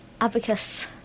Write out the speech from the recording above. Abacus